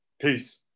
Peace